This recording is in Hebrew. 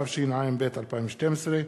התשע"ב 2012,